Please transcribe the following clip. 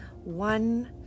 one